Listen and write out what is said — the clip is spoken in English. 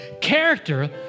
character